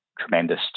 tremendous